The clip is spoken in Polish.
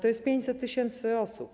To jest 500 tys. osób.